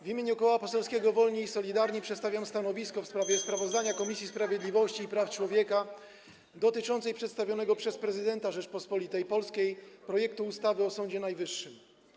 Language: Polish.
W imieniu Koła Poselskiego Wolni i Solidarni przedstawiam stanowisko w sprawie [[Gwar na sali, dzwonek]] sprawozdania Komisji Sprawiedliwości i Praw Człowieka dotyczącego przedstawionego przez prezydenta Rzeczypospolitej Polskiej projektu ustawy o Sądzie Najwyższym.